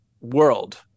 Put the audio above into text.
world